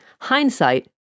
Hindsight